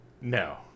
no